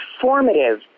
formative